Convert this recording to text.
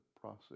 process